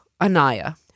Anaya